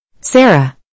Sarah